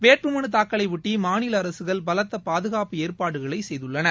வேட்புமனு தாக்கலையொட்டி மாநில அரசுகள் பலத்த பாதுகாப்பு ஏற்பாடுகளை செய்துள்ளன